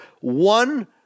One